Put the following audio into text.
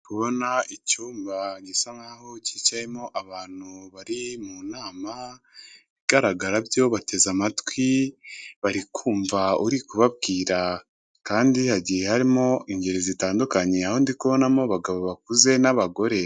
Kubona icyumba gisa nkaho kicayemo abantu bari mu nama, ibigaragara byo bateze amatwi bari kumvamva uri kubabwira kandi hagiye harimo ingeri zitandukanye, aho ndi kubonamo abagabo bakuze n'abagore.